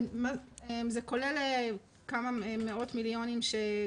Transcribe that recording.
זה כולל כמה מאות מיליונים.